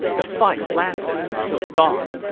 the fight lasted until dawn.